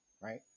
Right